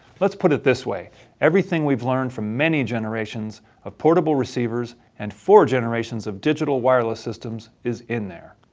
let's put it this way everything we've learned from many generations of portable receivers and four generations of digital wireless systems is in there.